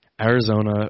Arizona